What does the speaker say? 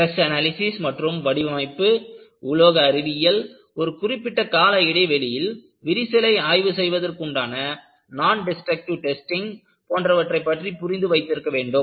stress analysis மற்றும் வடிவமைப்பு உலோக அறிவியல் குறிப்பிட்ட கால இடைவெளியில் விரிசலை ஆய்வு செய்வதற்குண்டான நான் டெஸ்டருக்ட்டிவ் டெஸ்டிங் போன்றவற்றை பற்றி புரிந்து வைத்திருக்க வேண்டும்